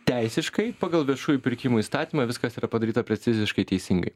teisiškai pagal viešųjų pirkimų įstatymą viskas yra padaryta preciziškai teisingai